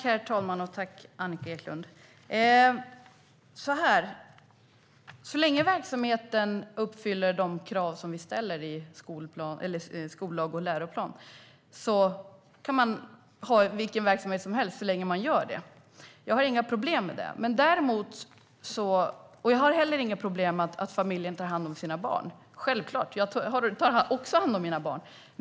Herr talman! Jag tackar Annika Eclund. Så länge verksamheten uppfyller de krav vi ställer i skollag och läroplan kan man ha vilken verksamhet som helst. Jag har inga problem med det. Jag har självklart inte heller några problem med att familjen tar hand om sina barn. Jag tar också hand om mina barn.